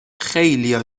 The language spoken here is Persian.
خیلیا